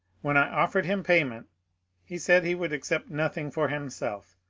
when i offered him payment he said he would accept nothing for himself,